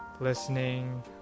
listening